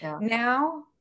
Now